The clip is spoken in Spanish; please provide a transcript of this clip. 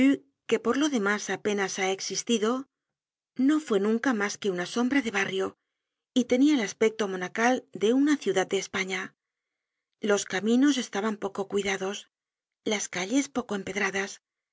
que por lo demás apenas ha existido no fue content from google book search generated at nunca mas que una sombra de barrio y tenia el aspecto monacal de una ciudad de españa los caminos estaban poco cuidados las calles poco empedradas